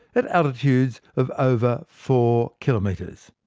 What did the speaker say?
at altitudes of over four kilometres?